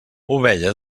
ovella